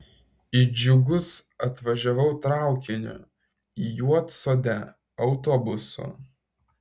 į džiugus atvažiavau traukiniu į juodsodę autobusu